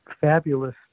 fabulous